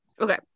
Okay